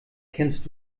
kennst